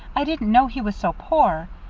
i didn't know he was so poor.